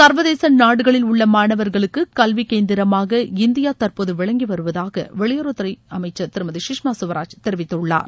சர்வதேச நாடுகளில் உள்ள மாணவர்களுக்கு கல்வி கேந்திரமாக இந்தியா தற்போது விளங்கி வருவதாக வெளியுறவுத்துறை அமைச்சர் திருமதி சுஷ்மா சுவராஜ் தெரிவித்துள்ளார்